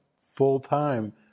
full-time